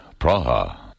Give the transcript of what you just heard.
Praha